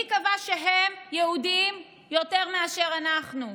מי קבע שהם יהודים יותר מאיתנו?